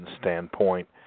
standpoint